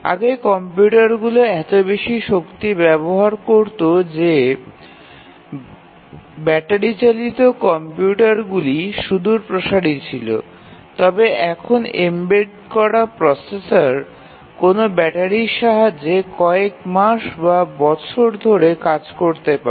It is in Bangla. আগে কম্পিউটারগুলি এত বেশি শক্তি ব্যবহার করত যে ব্যাটারিচালিত কম্পিউটারগুলি ব্যবহার করা ছিল কষ্ট সাপেক্ষ তবে এখন এমবেড করা প্রসেসর কোনও ব্যাটারির সাহায্যে কয়েক মাস বা বছর ধরে কাজ করতে পারে